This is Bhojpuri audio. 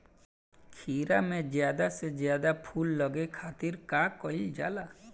खीरा मे ज्यादा से ज्यादा फूल लगे खातीर का कईल जाला?